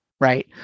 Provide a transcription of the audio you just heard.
right